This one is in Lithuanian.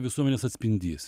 visuomenės atspindys